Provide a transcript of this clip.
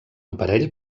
aparell